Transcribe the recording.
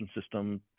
system